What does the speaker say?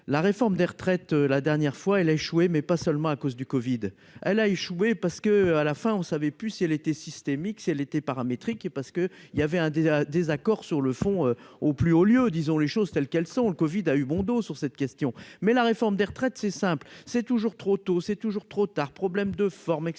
la réforme des retraites, la dernière fois, elle a échoué, mais pas seulement à cause du Covid elle a échoué parce que à la fin on savait plus si elle était systémique si elle était paramétré qui est parce que il y avait un désaccord sur le fond au plus haut lieu disons les choses telles qu'elles sont : le Covid a eu bon dos sur cette question, mais la réforme des retraites, c'est simple, c'est toujours trop tôt, c'est toujours trop tard, problème de forme, et